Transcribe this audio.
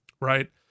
right